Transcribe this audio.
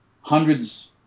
hundreds